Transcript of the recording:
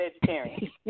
vegetarian